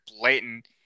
blatant